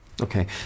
Okay